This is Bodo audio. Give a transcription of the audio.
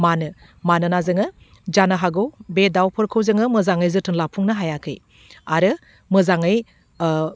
मानो मानोना जोङो जानो हागौ बे दाउफोरखौ जोङो मोजाङै जोथोन लाफुंनो हायाखै आरो मोजाङै